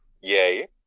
Yay